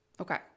Okay